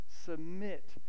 submit